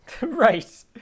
right